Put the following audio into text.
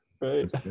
Right